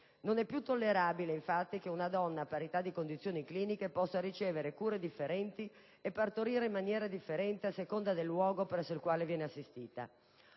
Non è più tollerabile, infatti, che una donna, a parità di condizioni cliniche, possa ricevere cure differenti e partorire in maniera differente a seconda del luogo presso il quale viene assistita.